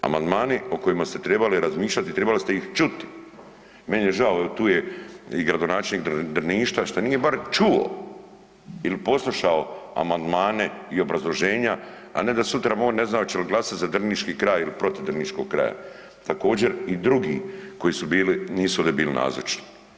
Amandmani o kojima ste tribali razmišljati i tribali ste ih čuti, meni je žao jel tu je i gradonačelnik Drniša šta nije bar čuo ili poslušao amandmane i obrazloženja, a ne da sutra on ne zna oče li glasati za drniški kraj ili protiv drniškog kraja, također i drugi koji su bili nisu ovde bili nazočni.